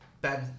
Ben